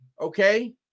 Okay